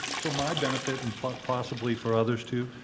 for my benefit and possibly for others, too,